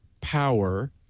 power